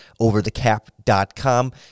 OverTheCap.com